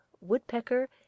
woodpecker